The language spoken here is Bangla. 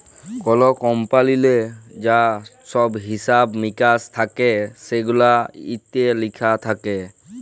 কল কমপালিললে যা ছহব হিছাব মিকাস থ্যাকে সেগুলান ইত্যে লিখা থ্যাকে